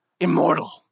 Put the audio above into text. immortal